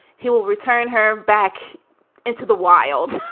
he will return her back into the wild